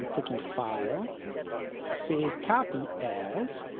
um clicking file save copy as